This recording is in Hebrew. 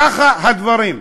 ככה הדברים.